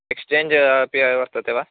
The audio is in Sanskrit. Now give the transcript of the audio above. एक्स्चेञ्ज् अपि वर्तते वा